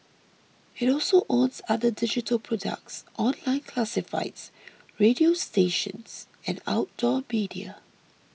it also owns other digital products online classifieds radio stations and outdoor media